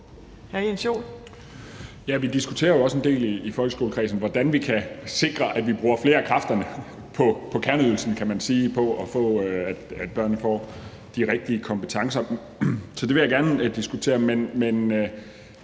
Vi diskuterer jo også en del i folkeskolekredsen, hvordan vi kan sikre, at vi bruger flere af kræfterne på kerneydelsen, kan man sige, altså på, at børnene får de rigtige kompetencer, så det vil jeg gerne diskutere.